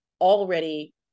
already